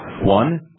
One